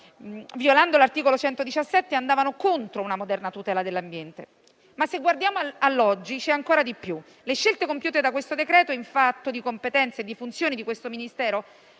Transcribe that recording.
della Costituzione, andavano contro una moderna tutela dell'ambiente. Se guardiamo all'oggi c'è ancora di più: le scelte compiute dal decreto in esame in fatto di competenze e di funzioni di questo Ministero,